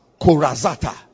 Korazata